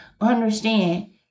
understand